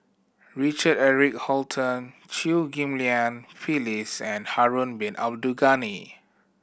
Richard Eric Holttum Chew Ghim Lian Phyllis and Harun Bin Abdul Ghani